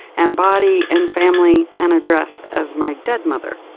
and body, and family and address as my dead mother.